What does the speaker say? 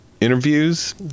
interviews